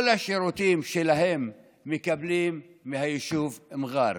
את כל השירותים שלהם הם מקבלים מהיישוב מע'אר.